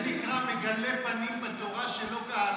זה נקרא מגלה פנים בתורה שלא כהלכה.